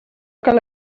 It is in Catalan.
cal